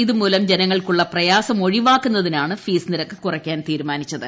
ഇതുമൂലം ജനങ്ങൾക്കുള്ള പ്രയാസം ഒഴിവാക്കുന്നതിനാണ് ഫീസ് നിരക്ക് കുറയ്ക്കാൻ തീരുമാനിച്ചത്